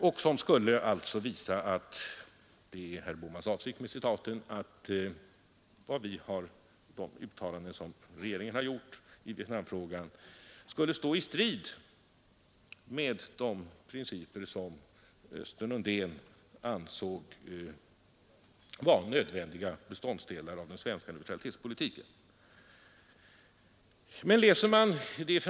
Detta citat skulle alltså, enligt herr Bohman, visa att de uttalanden som regeringen gjort i Vietnamfrågan skulle stå i strid med de principer som Östen Undén ansåg vara nödvändiga beståndsdelar av den svenska neutralitetspolitiken.